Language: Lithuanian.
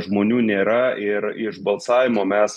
žmonių nėra ir iš balsavimo mes